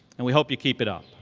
and we hope you keep it up.